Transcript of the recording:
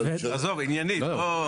עזוב, עניינית.